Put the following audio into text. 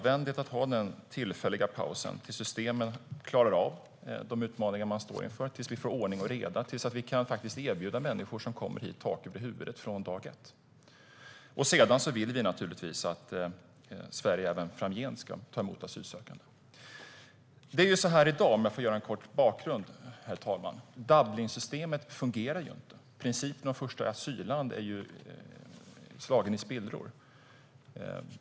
Vi tror att den tillfälliga pausen är nödvändig tills systemen klarar av de utmaningar man står inför, tills vi får ordning och reda, tills vi kan erbjuda människor som kommer hit tak över huvudet från dag ett. Vi vill naturligtvis att Sverige ska ta emot asylsökande även framgent. Herr talman! Dublinsystemet fungerar inte i dag. Principen om första asylland är slagen i spillror.